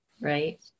right